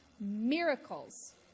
miracles